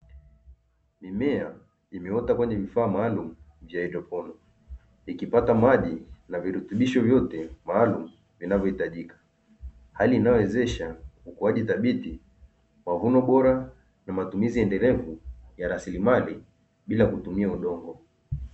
Mimea imeota kwenye vifaa maalumu vya haidroponi, vikipata maji na virutubisho vyote maalumu vinavyohitajika. Hali inayowezesha ukuaji thabiti, mavuno bora, na matumizi endelevu ya rasilimali bila kutumia udongo.